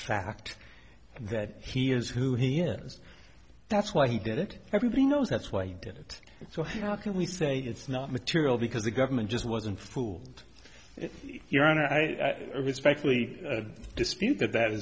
fact that he is who he is that's why he did it everybody knows that's why he did it so how can we say it's not material because the government just wasn't fooled your honor i respectfully dispute that that is